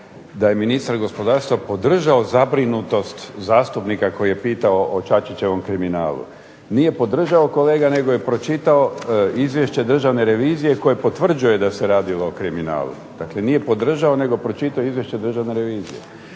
da je ministar gospodarstva podržao zabrinutost zastupnika koji je pitao o Čačićevom kriminalu. Nije podržao, kolega, nego je pročitao izvješće Državne revizije koje potvrđuje da se radilo o kriminalu. Dakle, nije podržao nego pročitao izvješće Državne revizije.